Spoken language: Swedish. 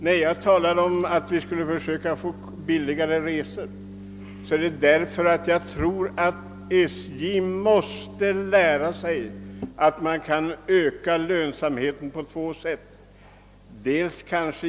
När jag talar om att vi skall försöka få billigare resor menar jag att SJ måste lära sig att man kan öka lönsamheten på två sätt.